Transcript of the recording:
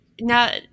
now